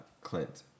Clint